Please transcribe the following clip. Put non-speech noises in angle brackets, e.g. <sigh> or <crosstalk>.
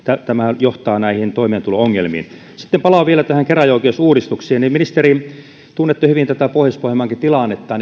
tämä johtaa toimeentulo ongelmiin sitten palaan vielä tähän käräjäoikeusuudistukseen ministeri tunnette hyvin tätä pohjois pohjanmaankin tilannetta <unintelligible>